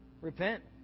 repent